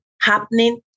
happening